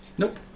Nope